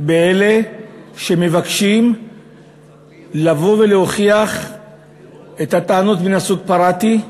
באלה שמבקשים לבוא ולהוכיח את הטענות מהסוג "פרעתי",